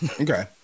Okay